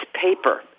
paper